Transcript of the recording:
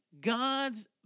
God's